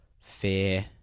fear